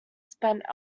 spent